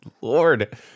lord